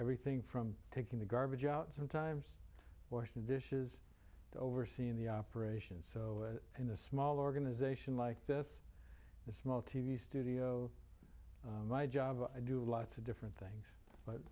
everything from taking the garbage out sometimes washing dishes overseeing the operation so in a small organization like this a small t v studio my job i do lots of different things but